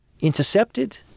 intercepted